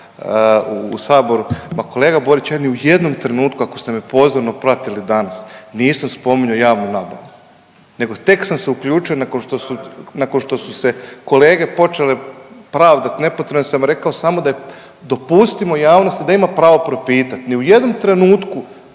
u saboru. Ma kolega Borić, ja ni u jednom trenutku ako ste me pozorno pratili danas nisam spominjao javnu nabavu nego tek sam se uključio nakon što su, nakon što su se kolege počele pravdat nepotrebno, ja sam rekao samo da dopustimo javnosti da ima pravo propitat, ni u jednom trenutku